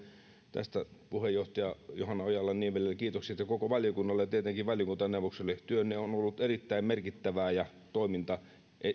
tästä puheenjohtaja johanna ojala niemelälle kiitokset ja koko valiokunnalle ja tietenkin valiokuntaneuvoksille työnne on ollut erittäin merkittävää ja toiminta